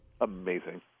Amazing